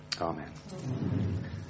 Amen